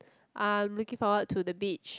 I'm looking forward to the beach